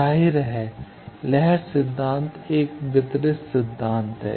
जाहिर है लहर सिद्धांत एक वितरित सिद्धांत है